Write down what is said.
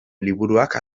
liburuak